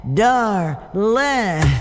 darling